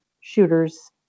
shooters